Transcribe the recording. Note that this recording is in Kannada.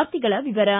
ವಾರ್ತೆಗಳ ವಿವರ